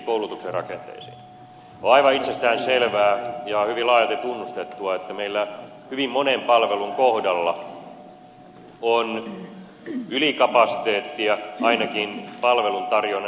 on aivan itsestään selvää ja hyvin laajalti tunnustettua että meillä hyvin monen palvelun kohdalla on ylikapasiteettia ainakin palveluntarjonnan yksiköiden kohdalla